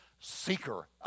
seeker